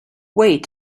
wait